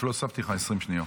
אפילו הוספתי לך 20 שניות.